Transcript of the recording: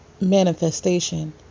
manifestation